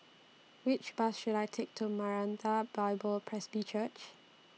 Which Bus should I Take to Maranatha Bible Presby Church